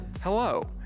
Hello